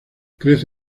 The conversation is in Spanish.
crece